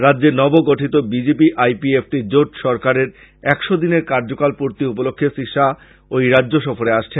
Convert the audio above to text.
রাজ্যে নবগঠিত BJP IPFT জোট সরকারের একশো দিনের কার্যকাল পর্তি উপলক্ষে শ্রী শাহ ঐ রাজ্যে সফরে আসছেন